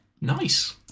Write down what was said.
Nice